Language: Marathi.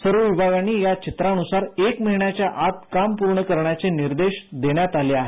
सर्व विभागांनी विभागीय या चित्रानुसार एक महिन्याच्या आत काम पूर्ण करण्याचे निर्देश देण्यात आले आहेत